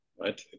right